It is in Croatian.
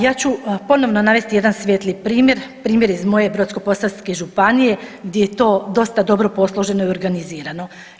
Ja ću ponovno navesti jedan svijetli primjer, primjer iz moje Brodsko-posavske županije gdje je to dosta dobro posloženo i organizirano.